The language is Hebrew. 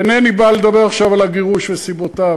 אינני בא לדבר עכשיו על הגירוש וסיבותיו